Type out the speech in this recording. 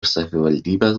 savivaldybės